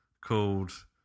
called